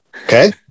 okay